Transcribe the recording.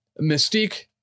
mystique